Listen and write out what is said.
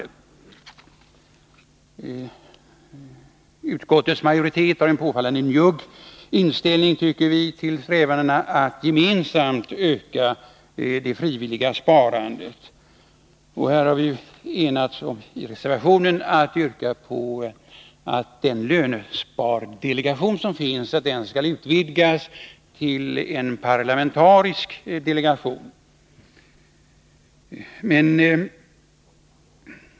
Vi tycker att utskottets majoritet har en påfallande njugg inställning till strävandena att gemensamt öka det frivilliga sparandet. Vi har i reservationen enats om att yrka på att den lönespardelegation som finns skall utvidgas till en parlamentarisk delegation.